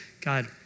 God